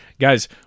Guys